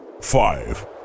five